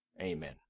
Amen